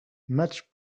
much